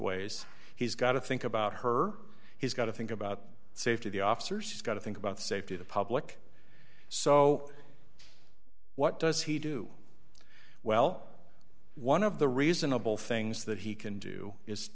ways he's got to think about her he's got to think about safety the officers he's got to think about safety the public so what does he do well one of the reasonable things that he can do is